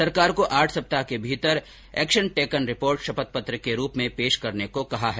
सरकार को आठ सप्ताह के भीतर एक्शन टेकन रिपोर्ट शपथ पत्र के रूप में पेश करने को कहा गया है